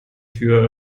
tür